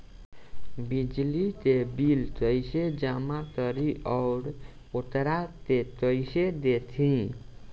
बिजली के बिल कइसे जमा करी और वोकरा के कइसे देखी?